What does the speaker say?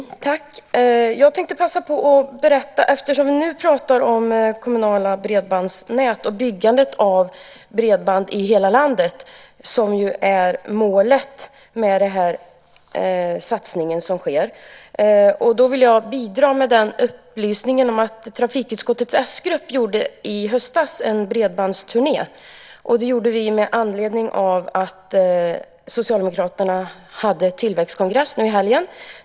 Fru talman! Jag tänkte passa på att berätta en sak eftersom vi nu pratar om kommunala bredbandsnät och byggandet av bredband i hela landet. Det är ju målet med den satsning som sker. Då vill jag bidra med den upplysningen att trafikutskottets s-grupp i höstas gjorde en bredbandsturné. Det gjorde vi med anledning av att Socialdemokraterna hade en tillväxtkongress nu i helgen.